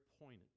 pointed